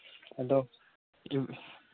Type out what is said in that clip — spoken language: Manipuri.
ꯑꯗꯣ ꯎꯝ